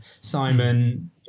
Simon